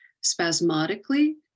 spasmodically